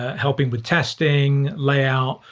ah helping with testing, layout,